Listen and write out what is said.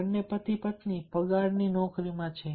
બંને પતિ પત્ની પગારની નોકરીમાં છે